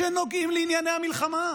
שנוגעים לענייני המלחמה?